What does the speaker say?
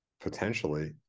potentially